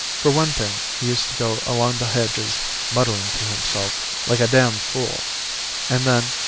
for one thing, he used to go along the hedges muttering to himself like a dam' fool and then,